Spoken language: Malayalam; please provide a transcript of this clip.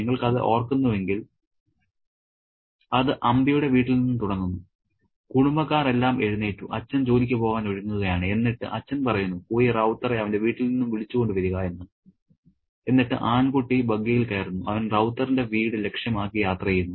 നിങ്ങൾ കഥ ഓർക്കുന്നുവെങ്കിൽ അത് അമ്പിയുടെ വീട്ടിൽ നിന്നും തുടങ്ങുന്നു കുടുംബക്കാർ എല്ലാം എഴുന്നേറ്റു അച്ഛൻ ജോലിക്ക് പോകാൻ ഒരുങ്ങുകയാണ് എന്നിട്ട് അച്ഛൻ പറയുന്നു പോയി റൌത്തറേ അവന്റെ വീട്ടിൽ നിന്നും വിളിച്ചുകൊണ്ടുവരിക എന്ന് എന്നിട്ട് ആൺകുട്ടി ബഗ്ഗിയിൽ കയറുന്നു അവൻ റൌത്തറിന്റെ വീട് ലക്ഷ്യമാക്കി യാത്ര ചെയ്യുന്നു